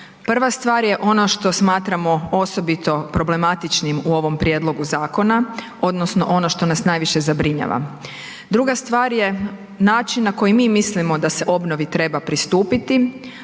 Prva stvar je ona što smatramo osobito problematičnim u ovom prijedlogu zakona odnosno ono što nas najviše zabrinjava. Druga stvar je način na koji mi mislimo da se obnovi treba pristupiti,